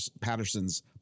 Patterson's